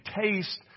taste